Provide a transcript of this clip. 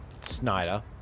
Snyder